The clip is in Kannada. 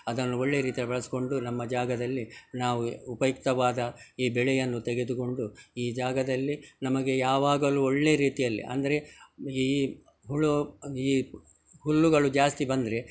ಅದನ್ನು ಒಳ್ಳೆಯ ರೀತಿಯಾಗಿ ಬಳಸಿಕೊಂಡು ನಮ್ಮ ಜಾಗದಲ್ಲಿ ನಾವು ಉಪಯುಕ್ತವಾದ ಈ ಬೆಳೆಯನ್ನು ತೆಗೆದುಕೊಂಡು ಈ ಜಾಗದಲ್ಲಿ ನಮಗೆ ಯಾವಾಗಲೂ ಒಳ್ಳೆಯ ರೀತಿಯಲ್ಲಿ ಅಂದರೆ ಈ ಹುಳು ಈ ಹುಲ್ಲುಗಳು ಜಾಸ್ತಿ ಬಂದರೆ